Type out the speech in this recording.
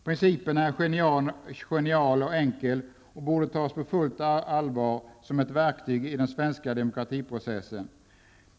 Principen är genial och enkel och borde tas på fullt allvar som verktyg i den svenska demokratiprocessen.